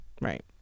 Right